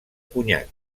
conyac